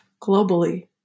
globally